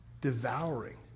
devouring